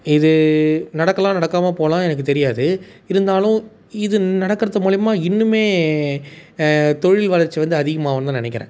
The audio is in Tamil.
இது நடக்கலாம் நடக்காமல் போகலாம் எனக்கு தெரியாது இருந்தாலும் இது நடக்கிறது மூலமா இன்னும் தொழில் வளர்ச்சி வந்து அதிகமாகும் தான் நெனைக்கிறேன்